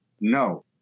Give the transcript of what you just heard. no